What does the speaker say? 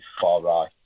far-right